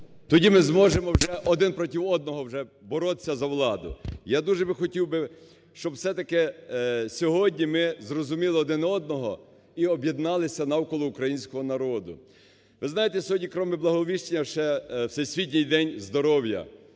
Тоді ми зможемо вже один проти одного вже боротися за владу. Я дуже би хотів би, щоб все-таки сьогодні ми зрозуміли один одного і об'єдналися навколо українського народу. Ми знаєте, сьогодні, крім Благовіщеня, ще Всесвітній день здоров'я.